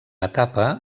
etapa